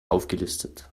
aufgelistet